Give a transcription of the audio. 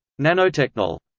nanotechnol.